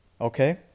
Okay